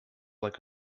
like